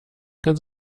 ganz